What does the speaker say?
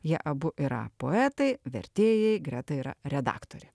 jie abu yra poetai vertėjai greta yra redaktorė